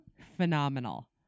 phenomenal